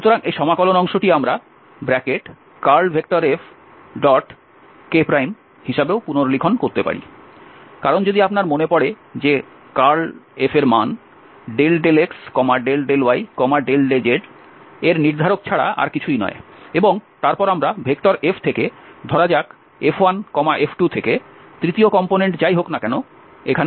সুতরাং এই সমাকলন অংশটি আমরা curlFk হিসাবেও পুনর্লিখন করতে পারি কারণ যদি আপনার মনে পড়ে যে curlFএর মান ∂x∂y∂z এর নির্ধারক ছাড়া আর কিছুই নয় এবং তারপর আমরা Fথেকে ধরা যাক F1 F2 থেকে তৃতীয় কম্পোনেন্ট যাই হোক না কেন 0 এখানে